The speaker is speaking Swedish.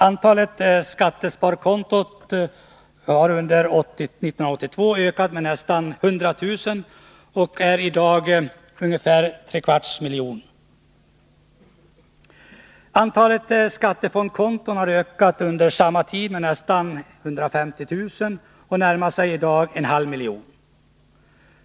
Antalet skattesparkonton har under 1982 ökat med nästan 100 000 och är i dag ungefär en kvarts miljon. Antalet skattefondskonton har under samma tid ökat med nästan 150 000 och närmar sig i dag en halv miljon.